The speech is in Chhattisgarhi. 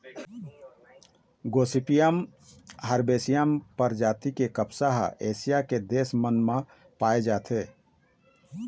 गोसिपीयम हरबैसियम परजाति के कपसा ह एशिया के देश मन म पाए जाथे